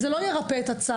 זה לא ירפא את הצער.